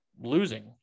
losing